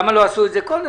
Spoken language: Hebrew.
למה לא עשו קודם,